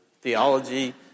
theology